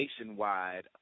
nationwide